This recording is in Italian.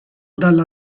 dalla